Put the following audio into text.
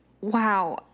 Wow